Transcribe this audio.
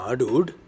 dude